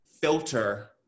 filter